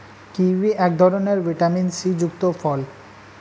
kiwi এক ধরনের vitamin C যুক্ত ফল